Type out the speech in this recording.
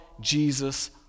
Jesus